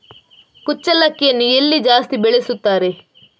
ಕುಚ್ಚಲಕ್ಕಿಯನ್ನು ಎಲ್ಲಿ ಜಾಸ್ತಿ ಬೆಳೆಸುತ್ತಾರೆ?